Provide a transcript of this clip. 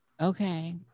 Okay